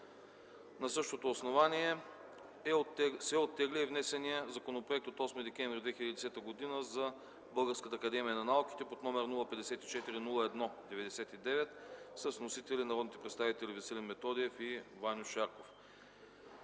На същото основание се оттегля и внесеният законопроект от 8 декември 2010 г. за Българската академия на науките с № 054 01-99 с вносители народните представители Веселин Методиев и Ваньо Шарков.